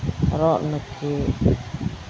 ᱨᱚᱜ ᱱᱟᱹᱠᱤᱡ